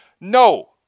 No